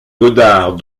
godard